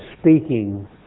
speaking